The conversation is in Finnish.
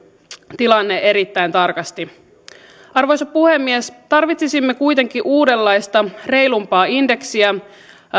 tilanne erittäin tarkasti arvoisa puhemies tarvitsisimme kuitenkin uudenlaista reilumpaa indeksiä